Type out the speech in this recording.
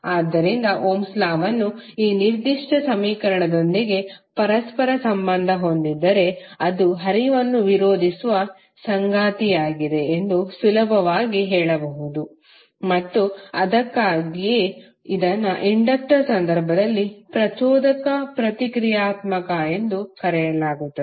ಆದ್ದರಿಂದ ohm's law ವನ್ನುOhms law ಈ ನಿರ್ದಿಷ್ಟ ಸಮೀಕರಣದೊಂದಿಗೆ ಪರಸ್ಪರ ಸಂಬಂಧ ಹೊಂದಿದ್ದರೆ ಇದು ಹರಿವನ್ನು ವಿರೋಧಿಸುವ ಸಂಗತಿಯಾಗಿದೆ ಎಂದು ಸುಲಭವಾಗಿ ಹೇಳಬಹುದು ಮತ್ತು ಅದಕ್ಕಾಗಿಯೇ ಇದನ್ನು ಇಂಡಕ್ಟರ್ ಸಂದರ್ಭದಲ್ಲಿ ಪ್ರಚೋದಕ ಪ್ರತಿಕ್ರಿಯಾತ್ಮಕ ಎಂದು ಕರೆಯಲಾಗುತ್ತದೆ